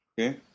Okay